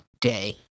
day